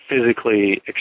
Physically